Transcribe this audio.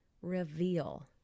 reveal